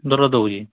ଦରଦ ହେଉଛି